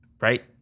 right